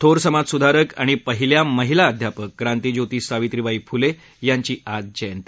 थोर समाजसुधारक आणि पहिल्या महिला अध्यापक क्रांतीज्योती सावित्रीबाई फुले यांची आज जयंती